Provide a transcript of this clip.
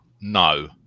no